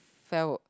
sell